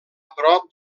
prop